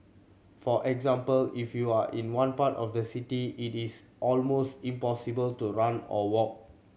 for example if you are in one part of the city it is almost impossible to run or walk